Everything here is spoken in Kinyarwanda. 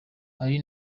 ari